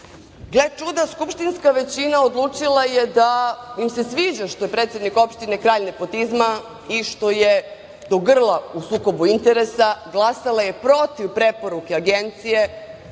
čuda, skupštinska većina odlučila je da im se sviđa što je predsednik opštine kralj nepotizma i što je do grla u sukobu interesa. Glasala je protiv preporuke Agencije.